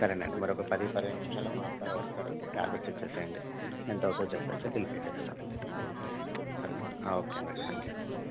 సరేనండి మరి ఒక పది పదిహేను నిమిషాలలో మా అబ్బాయి వస్తాడు ట్యాబ్లెట్స్ ఇచ్చేసేయండి ఎంత అవుతుందో చెప్పేస్తే బిల్ పే చేస్తానండి సరేనా ఓకే అండి రైట్ త్యాంక్ యూ అండి